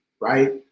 right